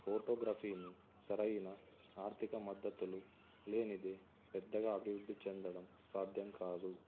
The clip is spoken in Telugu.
ఫోటోగ్రఫీని సరైన ఆర్థిక మద్దతులు లేనిదే పెద్దగా అభివృద్ధి చెందడం సాధ్యం కాదు